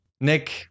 Nick